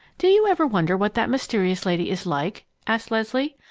do you ever wonder what that mysterious lady is like? asked leslie.